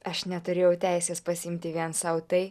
aš neturėjau teisės pasiimti vien sau tai